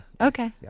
okay